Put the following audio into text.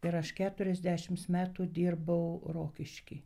ir aš keturiasdešims metų dirbau rokišky